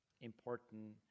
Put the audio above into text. important